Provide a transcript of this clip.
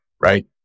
right